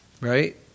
right